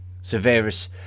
Severus